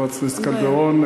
חברת הכנסת קלדרון,